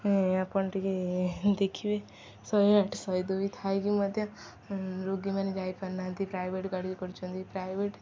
ଆପଣ ଟିକେ ଦେଖିବେ ଶହେ ଆଠେ ଶହେ ଦୁଇ ଥାଇକି ମଧ୍ୟ ରୋଗୀମାନେ ଯାଇପାରୁନାହାନ୍ତି ପ୍ରାଇଭେଟ ଗାଡ଼ି କରୁଛନ୍ତି ପ୍ରାଇଭେଟ